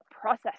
process